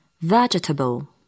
Vegetable